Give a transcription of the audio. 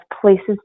places